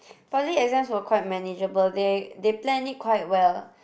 poly exams were quite manageable they they plan it quite well